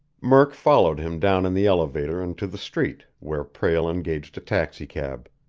murk followed him down in the elevator and to the street, where prale engaged a taxicab.